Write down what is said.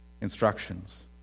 instructions